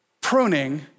Pruning